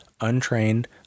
untrained